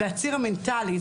והציר המנטלי,